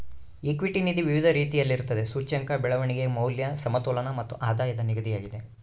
equity ನಿಧಿ ವಿವಿಧ ರೀತಿಯಲ್ಲಿರುತ್ತದೆ, ಸೂಚ್ಯಂಕ, ಬೆಳವಣಿಗೆ, ಮೌಲ್ಯ, ಸಮತೋಲನ ಮತ್ತು ಆಧಾಯದ ನಿಧಿಯಾಗಿದೆ